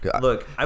Look